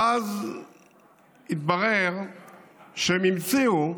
ואז התברר שהם המציאו,